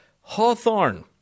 Hawthorne